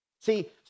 See